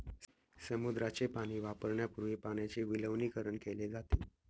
समुद्राचे पाणी वापरण्यापूर्वी पाण्याचे विलवणीकरण केले जाते